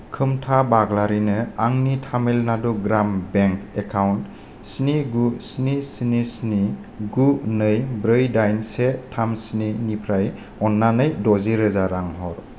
खोमथा बाग्लारिनो आंनि तामिलनाडु ग्राम बेंक एकाउन्ट स्नि गु स्नि स्नि स्नि गु नै ब्रै दाइन से थाम स्निनिफ्राय अन्नानै द'जि रोजा रां हर